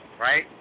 right